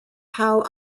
howe